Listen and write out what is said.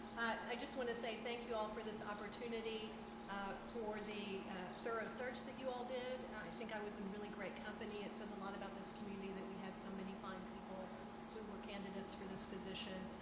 i just wanna say thank you all for this opportunity for the thorough search that you all did. i think i was in really great company. it says a lot about this community that we had so many fine people who were candidates for this position.